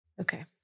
okay